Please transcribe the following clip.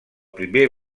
primer